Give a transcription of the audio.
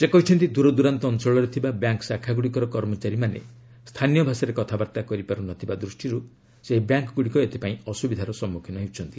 ସେ କହିଛନ୍ତି ଦୂରଦୂରାନ୍ତ ଅଞ୍ଚଳରେ ଥିବା ବ୍ୟାଙ୍କ୍ ଶାଖାଗୁଡ଼ିକର କର୍ମଚାରୀମାନେ ସ୍ଥାନୀୟ ଭାଷାରେ କଥାବାର୍ତ୍ତା କରିପାରୁ ନ ଥିବାରୁ ସେହି ବ୍ୟାଙ୍କ୍ଗୁଡ଼ିକ ଏଥିପାଇଁ ଅସୁବିଧାର ସମ୍ମୁଖୀନ ହେଉଛନ୍ତି